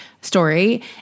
story